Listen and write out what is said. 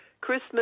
Christmas